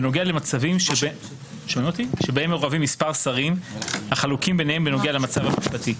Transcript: בנוגע למצבים שבהם מעורבים מספר שרים החלוקים ביניהם בנוגע למצב המשפטי.